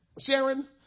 Sharon